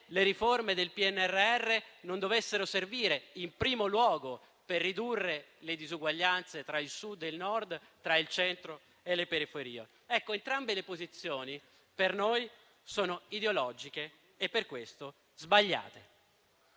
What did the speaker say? le riforme del PNRR non dovessero servire in primo luogo per ridurre le disuguaglianze tra il Sud e il Nord, tra il centro e le periferie. Ecco, entrambe le posizioni per noi sono ideologiche e per questo sbagliate.